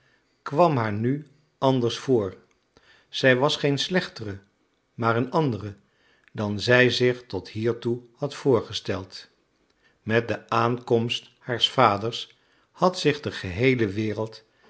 kwam haar nu anders voor zij was geen slechtere maar een andere dan zij zich tot hiertoe had voorgesteld met de aankomst haars vaders had zich de geheele wereld